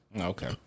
Okay